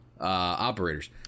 operators